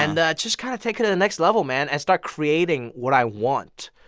and just kind of take it to the next level, man, and start creating what i want,